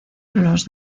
los